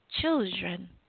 Children